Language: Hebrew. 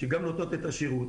שגם נותנות את השירות.